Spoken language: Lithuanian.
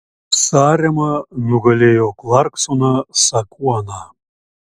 sarema nugalėjo klarksoną sakuoną